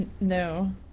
No